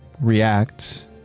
React